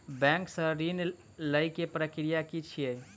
Bank सऽ ऋण लेय केँ प्रक्रिया की छीयै?